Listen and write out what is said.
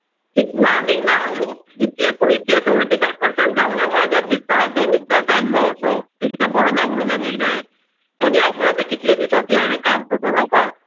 कितें ना आनी ना हें इतले पूण इतले सॅवँटी फाय पर्सण जावं ना म्हूण अजाब दिसता हांव दोनुचदां रावल्लो असो एकदां बरो ना म्हणून आनी एकदां हें एनी हांव म्हणल्यार आतां कितले दीस वतले हें काम सगळें जावपाक